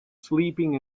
sleeping